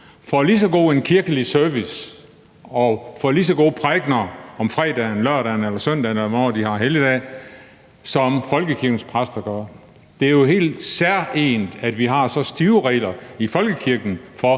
får lige så god en kirkelig service og får lige så gode prædikener om fredagen eller lørdagen eller søndagen, eller hvornår de har helligdage, som folkekirkens præster giver? Det er jo helt særegent, at vi har så stive regler i folkekirken for,